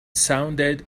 sounded